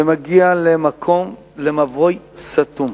ומגיע למבוי סתום.